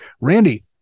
Randy